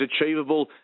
achievable